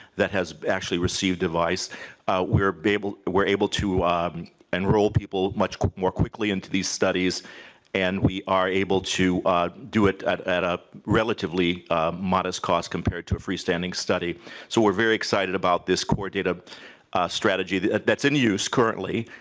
that has actually received a device we're able we're able to um enroll people much more quickly into these studies and we are able to do it at at a relatively modest cost compared to a free-standing study so we're very excited about this core data strategy that's in use currently.